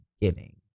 beginning